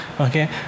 Okay